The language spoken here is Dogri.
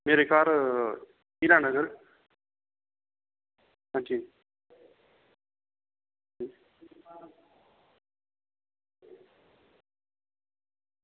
मेरे घर हीरानगर हां जी